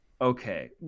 Okay